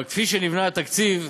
אבל כפי שנבנה התקציב,